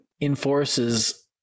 enforces